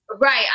Right